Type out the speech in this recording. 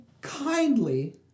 kindly